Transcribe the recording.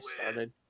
started